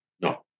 no